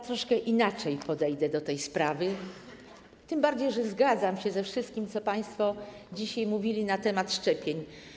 Troszkę inaczej podejdę do tej sprawy, tym bardziej że zgadzam się ze wszystkim, co państwo dzisiaj mówili na temat szczepień.